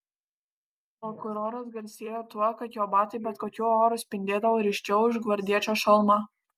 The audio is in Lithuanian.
prokuroras garsėjo tuo kad jo batai bet kokiu oru spindėdavo ryškiau už gvardiečio šalmą